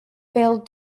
failed